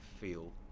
feel